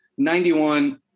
91